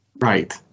Right